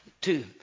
Two